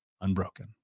unbroken